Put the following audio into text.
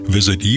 visit